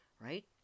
right